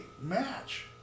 match